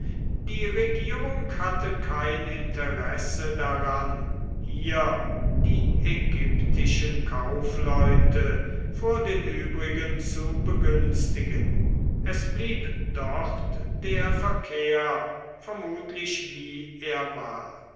die regierung hatte kein interesse daran hier die ägyptischen kaufleute vor den übrigen zu begünstigen es blieb dort der verkehr vermutlich wie er war